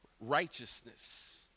righteousness